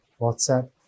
WhatsApp